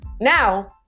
Now